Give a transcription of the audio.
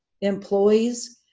employees